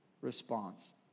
response